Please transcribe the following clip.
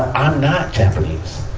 i'm not japanese.